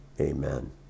Amen